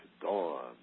dawn